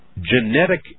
genetic